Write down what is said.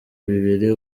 bibiri